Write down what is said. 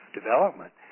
development